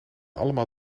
allemaal